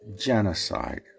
genocide